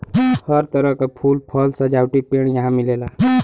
हर तरह क फूल, फल, सजावटी पेड़ यहां मिलेला